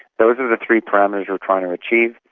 those are the three parameters we're trying to achieve.